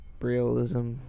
realism